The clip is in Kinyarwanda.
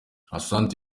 asante